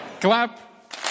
Clap